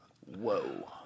Whoa